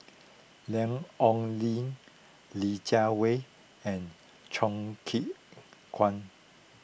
Lan Ong Li Li Jiawei and Choo Keng Kwang